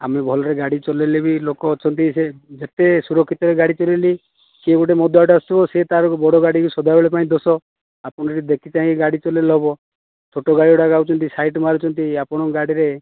ଆମେ ଭଲରେ ଗାଡ଼ି ଚଲେଇଲେ ବି ଲୋକ ଅଛନ୍ତି ସେ ଯେତେ ସୁରକ୍ଷିତ ରେ ଗାଡ଼ି ଚଲେଇଲେ ସେ ଗୋଟେ ମଦୁଆଟେ ଆସୁଥିବ ସେ ବଡ଼ ଗାଡ଼ି ର ତ ସବୁବେଳେ ଦୋଷ ଆପଣ ଟିକେ ଦେଖି ଚାହିଁ ଗାଡ଼ି ଚଲେଇଲେ ହେବ ଛୋଟ ଗାଡ଼ି ଗୁଡ଼ା ଯାଉଛନ୍ତି ସାଇଡ୍ ମାରୁଛନ୍ତି ଆପଣ ଗାଡ଼ିରେ